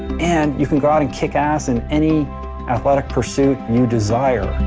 and you can go out and kick ass in any athletic pursuit you desire.